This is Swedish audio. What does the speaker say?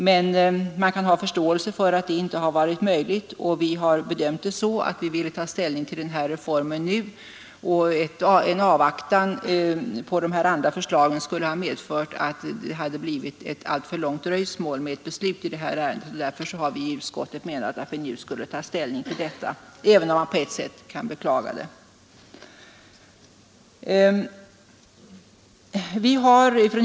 Man kan emellertid förstå att detta inte har varit möjligt, och vi har bedömt det så att vi ville ta ställning till reformen nu och att en avvaktan på de här andra förslagen skulle ha medfört ett alltför långt dröjsmål med beslut i ärendet. Därför har vi i utskottet ansett att vi nu skall ta ställning, även om man på ett sätt kan beklaga det.